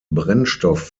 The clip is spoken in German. brennstoff